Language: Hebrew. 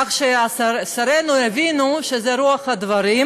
כך ששרינו יבינו שזו רוח הדברים,